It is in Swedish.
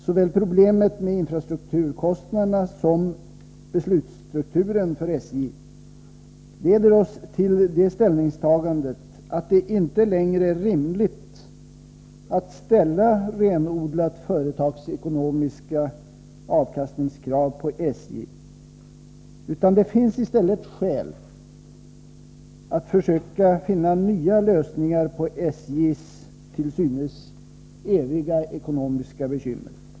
Såväl problemet med infrastrukturkostnaderna som beslutsstrukturen för SJ leder oss till ställningstagandet att det inte längre är rimligt att ställa renodlat företagsekonomiska avkastningskrav på SJ, utan det finns i stället skäl att försöka finna nya lösningar på SJ:s till synes eviga ekonomiska bekymmer.